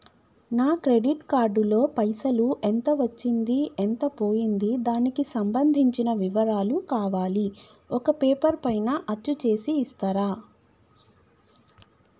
నా credit card లో పైసలు ఎంత వచ్చింది ఎంత పోయింది దానికి సంబంధించిన వివరాలు కావాలి ఒక పేపర్ పైన అచ్చు చేసి ఇస్తరా?